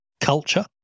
culture